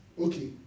Okay